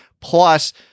Plus